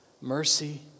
mercy